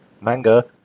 manga